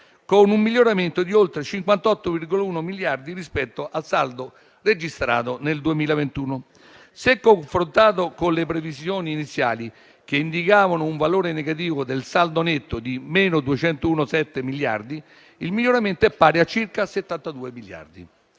con un miglioramento di oltre 58,1 miliardi rispetto al saldo registrato nel 2021. Se confrontato con le previsioni iniziali, che indicavano un valore negativo del saldo netto di 201,7 miliardi, il miglioramento è pari a circa 72 miliardi.